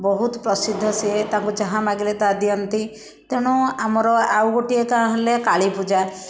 ବହୁତ ପ୍ରସିଦ୍ଧ ସିଏ ତାଙ୍କୁ ଯାହା ମାଗିଲେ ତାହା ଦିଅନ୍ତି ତେଣୁ ଆମର ଆଉ ଗୋଟିଏ କା ହେଲେ କାଳୀପୂଜା